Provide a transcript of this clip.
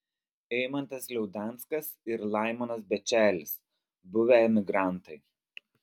eimantas liaudanskas ir laimonas bečelis buvę emigrantai